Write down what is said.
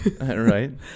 right